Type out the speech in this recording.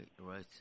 right